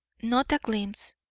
not a glimpse.